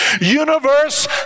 universe